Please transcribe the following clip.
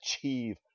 achieve